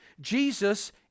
Jesus